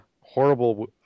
horrible